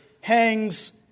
hangs